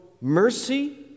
mercy